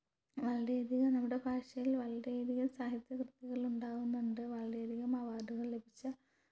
വളരെയധികം നമ്മുടെ ഭാഷയിൽ വളരെയധികം സാഹിത്യ കൃതികളുണ്ടാവുന്നുണ്ട് വളരെയധികം അവാർഡുകൾ ലഭിച്ച